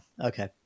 okay